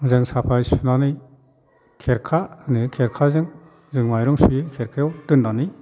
जों साफायै सुनानै खेरखा होनो खेरखाजों जों माइरं सुयो खेरखायाव दोननानै